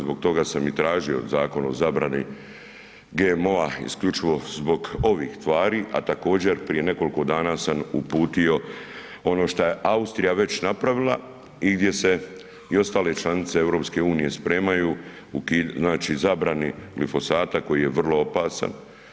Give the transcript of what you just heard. Zbog toga sam i tražio Zakon o zabrani GMO-a isključivo zbog ovih tvari, a također prije nekoliko dana sam uputio ono što je već Austrija napravila i gdje se ostale članice EU spremaju, zabrani glifosata koji je vrlo opasan.